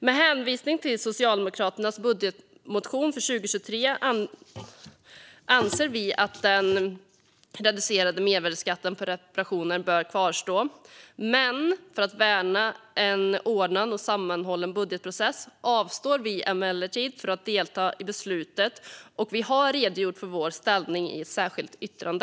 Med hänvisning till Socialdemokraternas budgetmotion för 2023 anser vi att den reducerade mervärdesskatten på reparationer bör kvarstå, men för att värna en ordnad och sammanhållen budgetprocess avstår vi från att delta i beslutet. Vi har redogjort för vår inställning i ett särskilt yttrande.